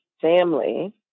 family